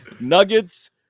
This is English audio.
Nuggets